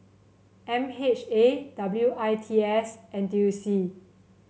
M H A W I T S N T U C